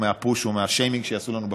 מהפוש או מהשיימינג שיעשו לנו בפייסבוק.